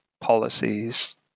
policies